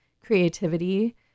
creativity